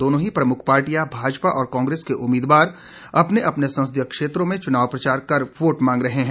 दोनो ही प्रमुख पार्टियां भाजपा और कांग्रेस के उम्मीदवार अपने अपने संसदीय क्षेत्रों में चुनाव प्रचार कर वोट मांग रहे हैं